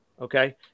Okay